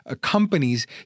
companies